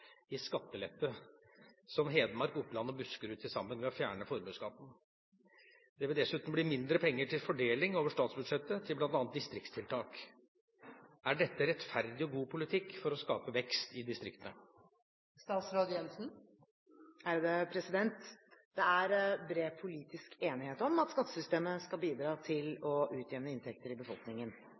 i skattelette som Hedmark, Oppland og Buskerud til sammen ved å fjerne formuesskatten. Det vil dessuten bli mindre penger til fordeling over statsbudsjettet til bl.a. distriktstiltak. Er dette rettferdig og god politikk for å skape vekst i distriktene?» Det er bred politisk enighet om at skattesystemet skal bidra til å utjevne inntekter i befolkningen.